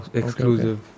exclusive